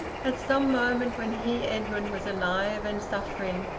at some moment when he, edwin, was alive and suffering,